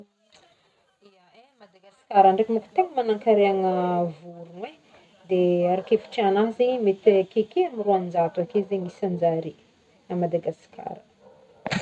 Ya eh, Madagasikara ndraiky mônko tegna manankaregna vorogno e, de araky hevitry agnahy zegny mety ake akeo amy roanjato akeo zegny isanjare a Madagasikara.